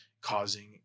causing